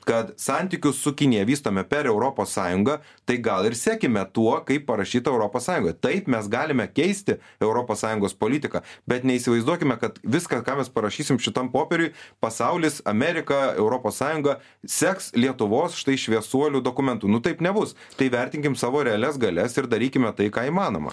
kad santykius su kinija vystome per europos sąjungą tai gal ir sekime tuo kaip parašyta europos sąjungoj taip mes galime keisti europos sąjungos politiką bet neįsivaizduokime kad viską ką mes parašysim šitam popieriuj pasaulis amerika europos sąjunga seks lietuvos štai šviesuolių dokumentų nu taip nebus tai vertinkim savo realias galias ir darykime tai ką įmanoma